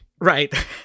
Right